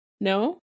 No